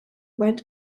went